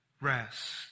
rest